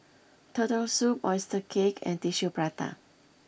Turtle Soup Oyster Cake and Tissue Prata